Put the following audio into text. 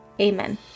Amen